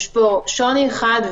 יש פה שוני אחד,